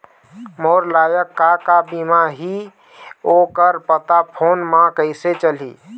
मोर लायक का का बीमा ही ओ कर पता फ़ोन म कइसे चलही?